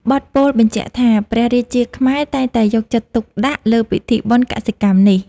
បទពោលបញ្ជាក់ថា ព្រះរាជាខ្មែរតែងតែយកចិត្តទុកដាក់លើពិធីបុណ្យកសិកម្មនេះ។